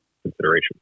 consideration